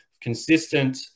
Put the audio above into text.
consistent